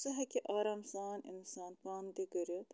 سُہ ہیٚکہِ آرام سان اِنسان پانہٕ تہِ کٔرِتھ